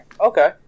Okay